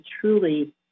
truly